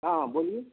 ہاں بولیے